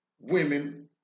women